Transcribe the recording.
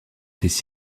étaient